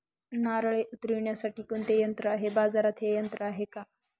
नारळे उतरविण्यासाठी कोणते यंत्र आहे? बाजारात हे यंत्र आहे का?